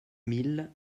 mille